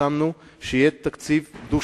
חתמנו על התחייבות שיהיה תקציב דו-שנתי,